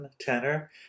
tenor